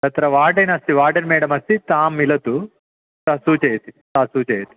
तत्र वार्डन् अस्ति warden madam अस्ति तां मिलतु सा सूचयति सा सूचयति